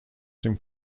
dem